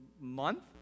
month